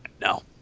No